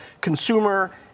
consumer